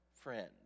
friend